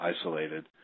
isolated